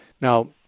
Now